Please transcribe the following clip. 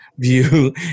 View